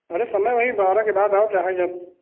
अरे समय वही बारह के बाद आओ चाहे जब